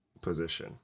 position